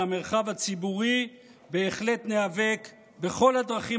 על המרחב הציבורי בהחלט ניאבק בכל הדרכים